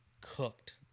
cooked